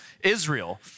Israel